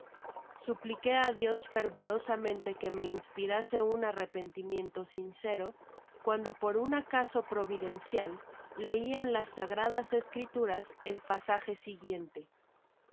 supliqué á dios fervorosamente que me inspirase un arrepentimiento sincero cuando por u n acaso providencial leí en las sagradas escriturase pasaje siguiente